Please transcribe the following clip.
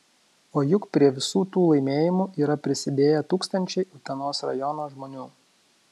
o juk prie visų tų laimėjimų yra prisidėję tūkstančiai utenos rajono žmonių